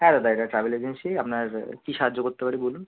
হ্যাঁ দাদা এটা ট্রাভেল এজেন্সি আপনার কি সাহায্য করতে পারি বলুন